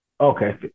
Okay